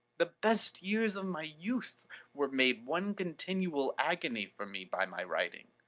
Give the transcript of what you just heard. the best years of my youth were made one continual agony for me by my writing.